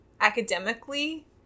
academically